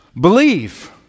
believe